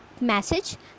message